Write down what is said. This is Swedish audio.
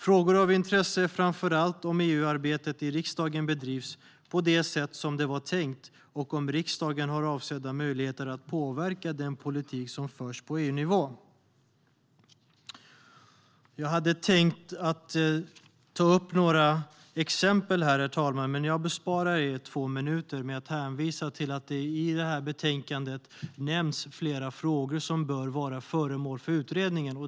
Frågor av intresse är framför allt om EU-arbetet i riksdagen bedrivs på det sätt som det var tänkt och om riksdagen har avsedda möjligheter att påverka den politik som förs på EU-nivå.Jag hade tänkt ta upp några exempel, herr talman. Men jag besparar er två minuter med att hänvisa till att det i betänkandet nämns flera frågor som bör vara föremål för utredning.